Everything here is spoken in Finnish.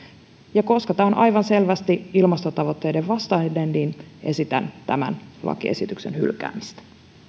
ja koska tämä on aivan selvästi ilmastotavoitteiden vastainen esitän tämän lakiesityksen hylkäämistä